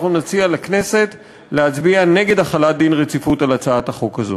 אנחנו נציע לכנסת להצביע נגד החלת דין רציפות על הצעת החוק הזאת.